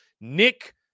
Nick